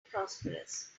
prosperous